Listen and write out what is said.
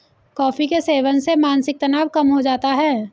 coffee के सेवन से मानसिक तनाव कम हो जाता है